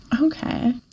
Okay